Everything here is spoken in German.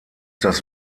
das